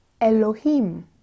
ELOHIM